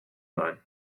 none